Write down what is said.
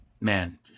man